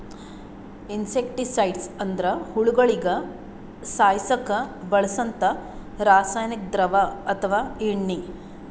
insecticides ಅಂದ್ರ ಹುಳಗೋಳಿಗ ಸಾಯಸಕ್ಕ್ ಬಳ್ಸಂಥಾ ರಾಸಾನಿಕ್ ದ್ರವ ಅಥವಾ ಎಣ್ಣಿ